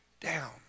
down